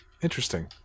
Interesting